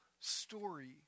story